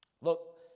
Look